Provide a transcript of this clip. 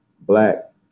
black